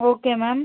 okay ma'am